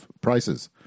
prices